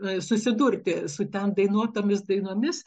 susidurti su ten dainuotomis dainomis